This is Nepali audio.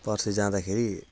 पर्सि जाँदाखेरि